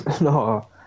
No